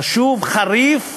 חשוב, חריף.